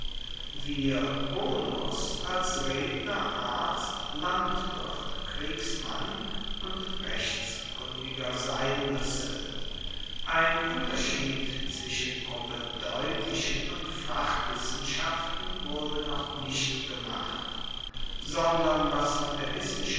als redner arzt landwirt kriegsmann und rechtskundiger sein muesse ein unterschied zwischen propaedeutischen und fachwissenschaften wurde noch nicht gemacht sondern was von der